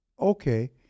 okay